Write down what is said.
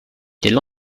quelle